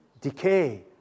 decay